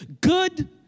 good